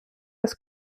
das